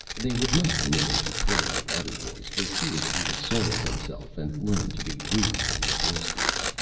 they would not permit him to play with other boys for fear that he would soil himself and learn to be rude and boisterous.